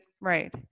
Right